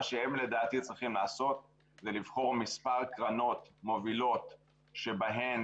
מה שהם לדעתי צריכים לעשות הוא לבחור מספר קרנות מובילות שבהן